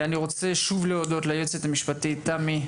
אני רוצה שוב להודות ליועצת המשפטית, תמי.